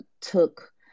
took